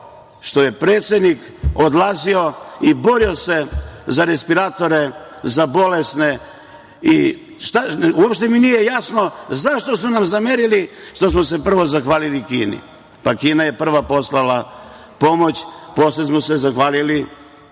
što je predsednik odlazio i borio se za respiratore, za bolesne. Uopšte mi nije jasno zašto su nam zamerili što smo se prvo zahvalili Kini? Pa, Kina je prva poslala pomoć. Posle smo se zahvalili